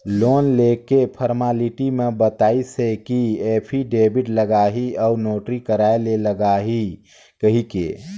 loan लेके formality म बताइस हे कि एफीडेबिड लागही अउ नोटरी कराय ले लागही कहिके